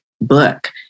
book